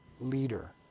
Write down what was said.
leader